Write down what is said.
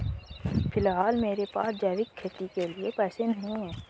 फिलहाल मेरे पास जैविक खेती करने के पैसे नहीं हैं